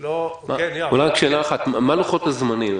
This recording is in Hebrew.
רק שאלה אחת: מה לוחות הזמנים?